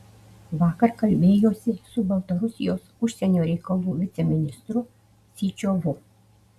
vakar kalbėjosi su baltarusijos užsienio reikalų viceministru syčiovu